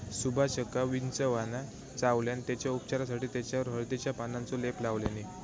सुभाषका विंचवान चावल्यान तेच्या उपचारासाठी तेच्यावर हळदीच्या पानांचो लेप लावल्यानी